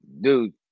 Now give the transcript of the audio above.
dude